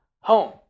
home